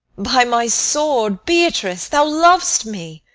by my sword, beatrice, thou lovest me.